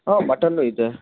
ಹಾಂ ಮಟನು ಇದೆ